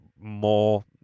more